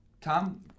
Tom